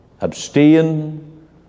abstain